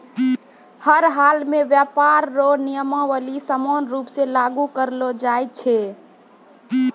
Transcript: हर हालमे व्यापार रो नियमावली समान रूप से लागू करलो जाय छै